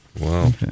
Wow